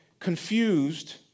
Confused